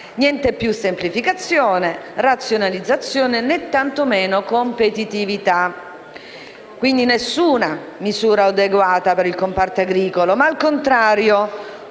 Niente più semplificazione e razionalizzazione né tantomeno competitività, quindi nessuna misura adeguata per il comparto agricolo ma, al contrario,